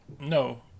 no